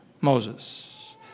Moses